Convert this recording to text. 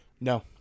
No